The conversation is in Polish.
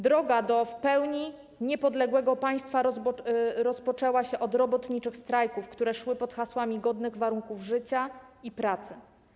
Droga do w pełni niepodległego państwa rozpoczęła się od robotniczych strajków, które szły pod hasłami godnych warunków życia i pracy.